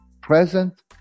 Present